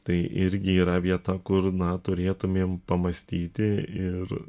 tai irgi yra vieta kur na turėtumėm pamąstyti ir